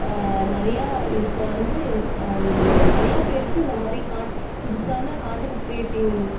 நிறையா இது இப்போ வந்து ஒரு நிறையா பேருக்கு இந்த மாதிரி காண்ட் புதுசான காண்டன்ட் க்ரியேட்டிங்